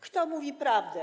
Kto mówi prawdę?